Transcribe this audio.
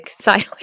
sideways